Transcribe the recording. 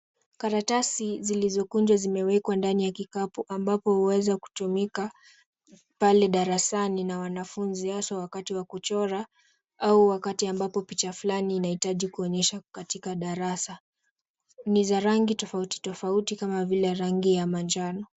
Karatasi zilizokunjwa zimewekwa ndani ya kikapu ambapo huweza kutumika pale darasani na wanafunzi hasa wakati wa kuchora au wakati ambapo picha fulani inahitaji kuonyeshwa katika darasa, ni za rangi tofauti tofauti kama vile rangi ya manjano.